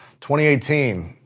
2018